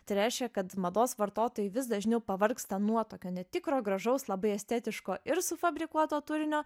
tai reiškia kad mados vartotojai vis dažniau pavargsta nuo tokio netikro gražaus labai estetiško ir sufabrikuoto turinio